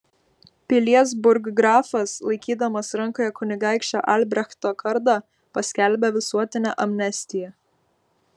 pilies burggrafas laikydamas rankoje kunigaikščio albrechto kardą paskelbė visuotinę amnestiją